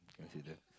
I said that